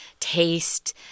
Taste